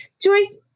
Joyce